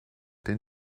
den